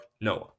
Noah